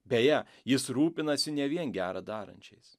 beje jis rūpinasi ne vien gera darančiais